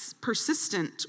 persistent